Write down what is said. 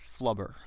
flubber